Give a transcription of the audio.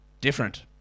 different